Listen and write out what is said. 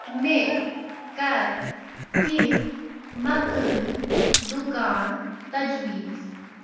مےٚ کَر کینٛہہ مقٲمی دُکان تَجویٖز